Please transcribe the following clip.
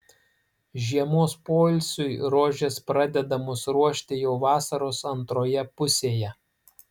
žiemos poilsiui rožės pradedamos ruošti jau vasaros antroje pusėje